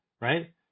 right